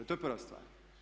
To je prva stvar.